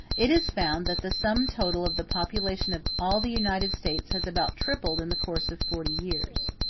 it is found that the sum total of the population of all the united states has about tripled in the course of forty years.